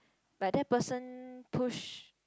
but that person pushed